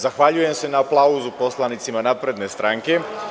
Zahvaljujem se na aplauzu poslanicima Napredne stranke.